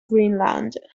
greenland